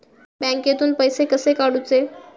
बँकेतून पैसे कसे काढूचे?